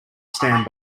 stand